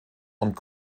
und